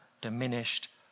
diminished